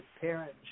parents